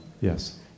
Yes